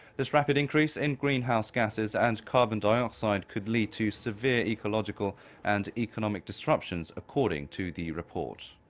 this rapid increase in greenhouse gases and carbon dioxide could lead to severe ecological and economic disruptions, according to the report.